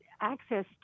access